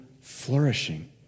flourishing